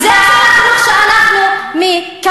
וזה שר החינוך שאנחנו מקבלים.